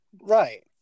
Right